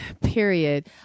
period